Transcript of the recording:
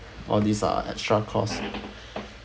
all these are extra costs